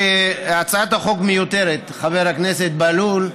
שהצעת החוק מיותרת, חבר הכנסת בהלול.